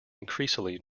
increasingly